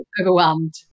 overwhelmed